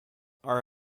are